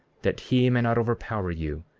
that he may not overpower you,